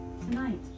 Tonight